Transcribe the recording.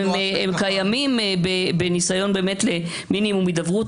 הם קיימים בניסיון למינימום הידברות.